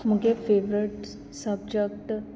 मुगे favourite subject